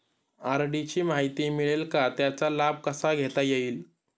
RD ची माहिती मिळेल का, त्याचा लाभ कसा घेता येईल?